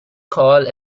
call